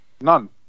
None